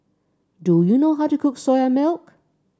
do you know how to cook Soya Milk